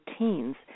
routines